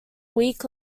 week